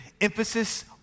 Emphasis